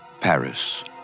Paris